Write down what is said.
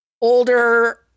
older